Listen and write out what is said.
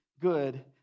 good